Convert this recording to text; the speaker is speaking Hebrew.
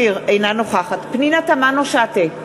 אינה נוכחת פנינה תמנו-שטה,